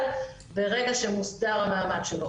אבל רגע שמוסדר המעמד שלו,